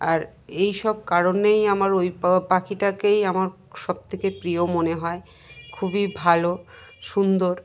আর এই সব কারণেই আমার ওই পাখিটাকেই আমার সবথেকে প্রিয় মনে হয় খুবই ভালো সুন্দর